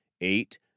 Eight